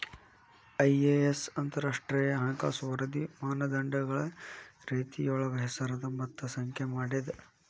IAS ಅಂತರಾಷ್ಟ್ರೇಯ ಹಣಕಾಸು ವರದಿ ಮಾನದಂಡಗಳ ರೇತಿಯೊಳಗ ಹೆಸರದ ಮತ್ತ ಸಂಖ್ಯೆ ಮಾಡೇದ